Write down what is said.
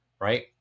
right